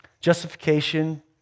Justification